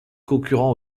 concurrents